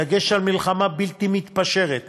בדגש על מלחמה בלתי מתפשרת